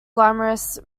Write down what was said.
glamorous